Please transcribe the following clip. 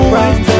right